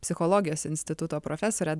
psichologijos instituto profesore